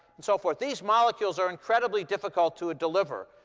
and so forth? these molecules are incredibly difficult to deliver.